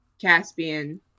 Caspian